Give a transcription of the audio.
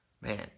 Man